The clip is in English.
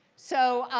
so